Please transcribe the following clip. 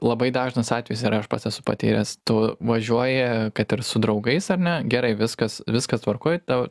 labai dažnas atvejis ir aš pats esu patyręs tu važiuoji kad ir su draugais ar ne gerai viskas viskas tvarkoj tau